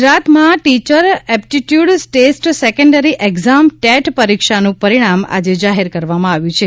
ગુજરાતમાં teacher aptitude test secondary exam TET પરીક્ષાનું પરિણામ આજે જાહેર કરવામાં આવ્યું છે